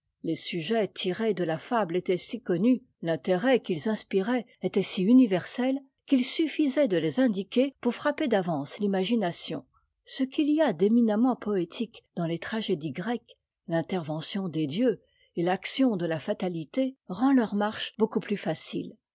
les sujets tirés de afab e étaient si connus l'intérêt qu'ils inspiraient était si univërse qu'il suffisait de tes indiquer pour frapper d'avance l'imagination ce qu'il y a d'éminemment poétique dans les tragédies grecques l'intervention des dieux et l'action de la fatalité rend eur marche beaucoup plus facile